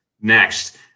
Next